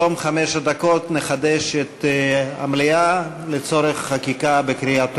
בתום חמש הדקות נחדש את המליאה לצורך חקיקה בקריאה טרומית.